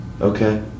Okay